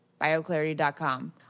bioclarity.com